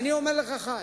אני אומר לך, חיים,